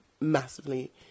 massively